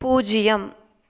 பூஜ்ஜியம்